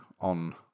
on